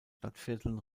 stadtvierteln